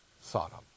Sodom